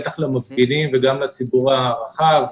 בטח למפגינים וגם לציבור הרחב,